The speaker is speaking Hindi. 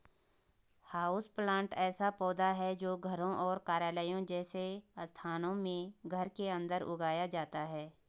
हाउसप्लांट ऐसा पौधा है जो घरों और कार्यालयों जैसे स्थानों में घर के अंदर उगाया जाता है